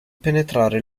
penetrare